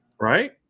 Right